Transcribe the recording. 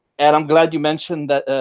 and i'm glad you mentioned that,